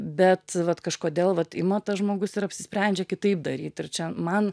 bet vat kažkodėl vat ima tas žmogus ir apsisprendžia kitaip daryt ir čia man